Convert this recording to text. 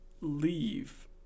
leave